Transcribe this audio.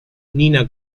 nina